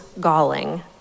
galling